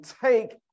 take